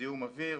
זיהום אוויר,